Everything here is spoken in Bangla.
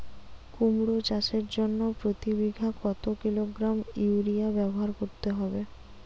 কুমড়ো চাষের জন্য প্রতি বিঘা কত কিলোগ্রাম ইউরিয়া ব্যবহার করতে হবে?